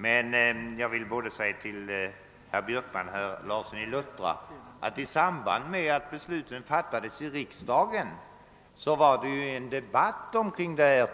Men jag vill säga till både herr Björkman och herr Larsson i Luttra att vi i samband med att beslutet fattades av riksdagen hade en deo batt kring dessa